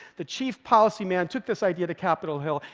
the chief policy man took this idea to capitol hill,